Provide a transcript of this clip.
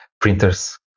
printers